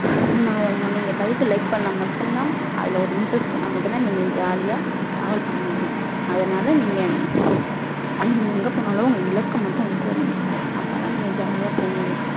நீங்கள் நீங்கள் பைக்கை லைக் பண்ணால் மட்டும் தான் அதில் ஒரு இன்ட்ரஸ்ட் வந்தால் மட்டும் தான் நீங்கள் ஜாலியாக ட்ராவல் பண்ண முடியும் அதனால் நீங்கள் நீங்கள் எங்கே போனாலும் உங்கள் இலக்கு மட்டும் விட்றாதீங்க அப்போதான் நீங்கள் ஜாலியாக போக முடியும்